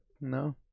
No